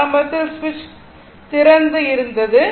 ஆரம்பத்தில் சுவிட்ச் சுவிட்ச் திறந்து இருந்தது